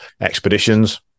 expeditions